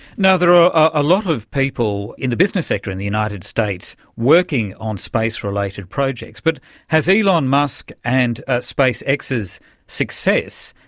there are a lot of people in the business sector in the united states working on space related projects, but has elon musk and ah space x's success,